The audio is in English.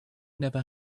never